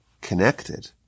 connected